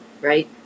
Right